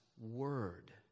word